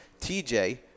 TJ